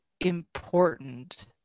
important